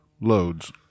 loads